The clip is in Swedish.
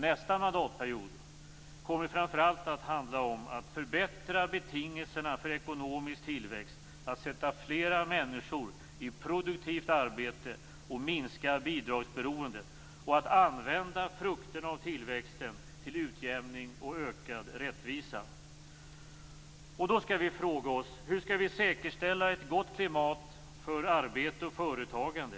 Nästa mandatperiod kommer framför allt att handla om att förbättra betingelserna för ekonomisk tillväxt, att sätta fler människor i produktivt arbete och minska bidragsberoendet och att använda frukterna av tillväxten till utjämning och ökad rättvisa. Då frågar vi oss: Hur skall vi säkerställa ett gott klimat för arbete och förtagande?